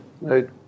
Right